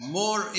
more